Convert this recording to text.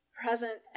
Present